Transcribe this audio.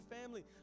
family